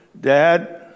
Dad